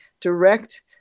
direct